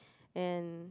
and